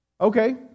okay